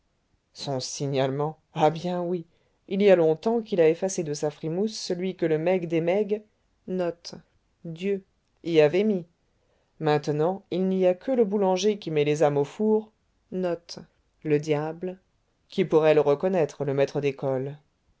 son signalement ah bien oui il y a longtemps qu'il a effacé de sa frimousse celui que le meg des megs y avait mis maintenant il n'y a que le boulanger qui met les âmes au four qui pourrait le reconnaître le maître d'école